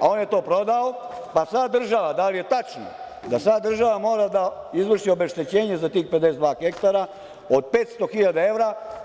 a on je to prodao, pa sad država, da li je tačno, sad država mora da izvrši obeštećenje za tih 52 hektara od 500 hiljada evra.